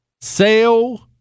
Sale